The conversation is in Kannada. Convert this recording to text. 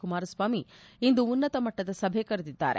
ಕುಮಾರಸ್ವಾಮಿ ಇಂದು ಉನ್ನತ ಮಟ್ಟದ ಸಭೆ ಕರೆದಿದ್ದಾರೆ